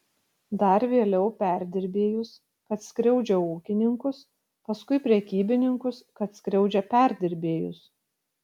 dar vėliau perdirbėjus kad skriaudžia ūkininkus paskui prekybininkus kad skriaudžia perdirbėjus